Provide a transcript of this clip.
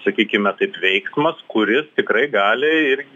sakykime taip veiksmas kuris tikrai gali ir